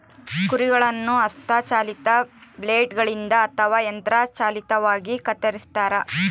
ಕುರಿಗಳನ್ನು ಹಸ್ತ ಚಾಲಿತ ಬ್ಲೇಡ್ ಗಳಿಂದ ಅಥವಾ ಯಂತ್ರ ಚಾಲಿತವಾಗಿ ಕತ್ತರಿಸ್ತಾರ